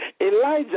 Elijah